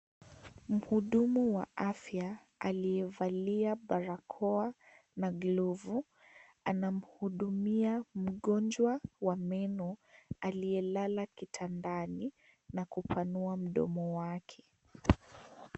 Mhudumu wa afya aliyevalia barako na glovu anamhudumia mgonjwa wa meno aliyelala kitandani na kupanua mdomo wake.